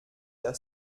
der